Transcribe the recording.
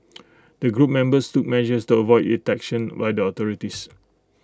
the group members took measures to avoid detection by the authorities